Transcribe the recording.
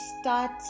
start